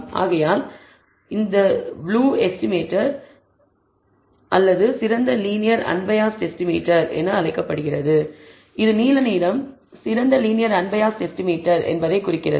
ஆகையால் இது BLUE estimator அல்லது சிறந்த லீனியர் அன்பயாஸ்ட் எஸ்டிமேட்டர் என்று அழைக்கப்படுகிறது இது நீல நிறம் சிறந்த லீனியர் அன்பயாஸ்ட் எஸ்டிமேட்டர் என்பதை குறிக்கிறது